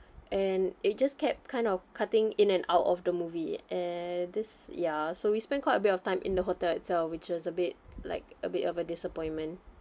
and it just kept kind of cutting in and out of the movie an~ this ya so we spent quite a bit of time in the hotel itself which was a bit like a bit of a disappointment